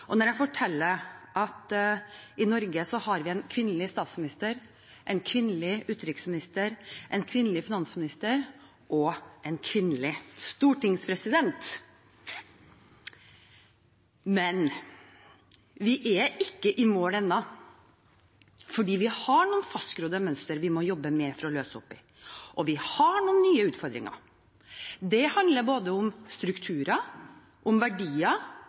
og når jeg forteller at vi i Norge har kvinnelig statsminister, kvinnelig utenriksminister, kvinnelig finansminister og kvinnelig stortingspresident. Men vi er ikke i mål ennå. Vi har noen fastgrodde mønstre vi må jobbe mer for å løse opp i, og vi har noen nye utfordringer. Det handler om både strukturer, verdier